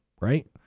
right